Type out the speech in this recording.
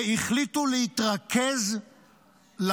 והחליטו להתרכז בדרום,